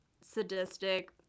sadistic